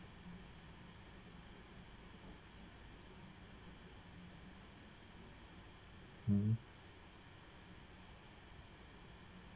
mmhmm